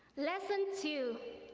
lesson two,